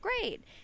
great